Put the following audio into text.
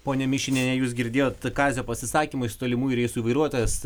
ponia mišiniene jūs girdėjot kazio pasisakymus tolimųjų reisų vairuotojas